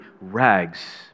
rags